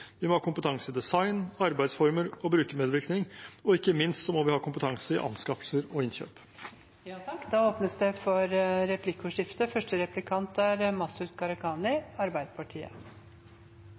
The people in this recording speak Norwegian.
må ha kompetanse i design, arbeidsformer og brukermedvirkning, og ikke minst må vi ha kompetanse i anskaffelser og innkjøp. Det blir replikkordskifte. Mener statsråden det